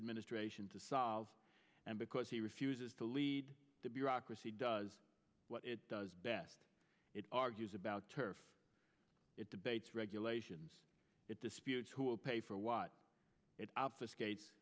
administration to solve and because he refuses to lead the bureaucracy does what it does best it argues about turf it debates regulations it disputes who will pay for what it o